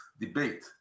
debate